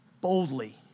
boldly